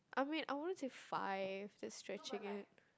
I mean I wouldn't say five that's stretching it